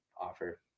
offer